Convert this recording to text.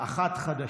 אחת חדשה,